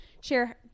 share